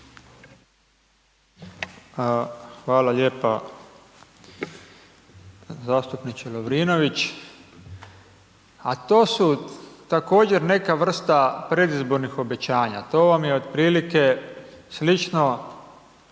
Hvala lijepa zastupniče Lovrinović. A to su također neka vrsta predizbornih obećanja, to vam je otprilike slična